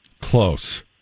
Close